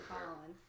Colin